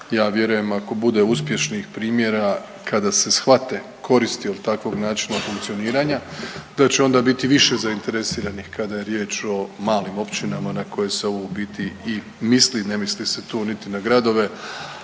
Ja vjerujem, ako bude uspješnih primjera kada se shvate koristi i od takvog načina funkcioniranja da će onda biti više zainteresiranih kada je riječ o malim općinama na koje se ovo u biti i misli. Ne misli se tu niti na gradove,